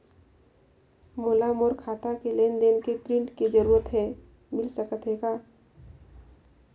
मोला मोर खाता के लेन देन के प्रिंट के जरूरत हे मिल सकत हे का?